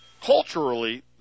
Culturally